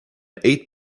eight